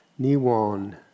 Niwon